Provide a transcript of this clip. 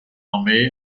armee